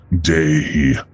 day